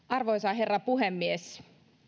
arvoisa herra puhemies